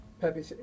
Pep